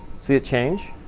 see it change?